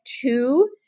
two